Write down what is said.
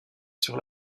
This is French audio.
sur